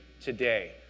today